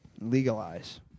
legalize